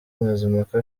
mazimpaka